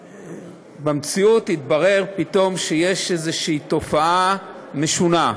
במציאות התברר פתאום שיש איזושהי תופעה משונה,